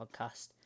podcast